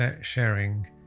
sharing